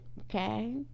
okay